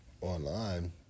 online